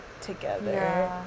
together